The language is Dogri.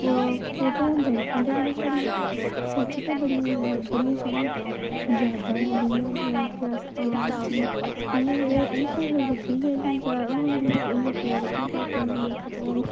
फोटो होंदे न उं'दे कन्नै साढ़ी सच गै बड़ियां यादां न बड़ियां सारियां यादां जुड़ी दियां होंदियां न कि अस आम जेही इ'यां जेह्ड़ी ओह् गल्ल बक्खरी ऐ कि ज्यादा होंदी इं'दी कलेरिटी घट्ट होंदी ऐ फोटुएं दी